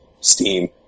Steam